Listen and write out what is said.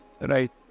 Right